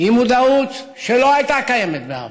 היא מודעות שלא הייתה קיימת בעבר.